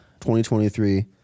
2023